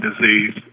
disease